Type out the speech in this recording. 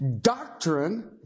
doctrine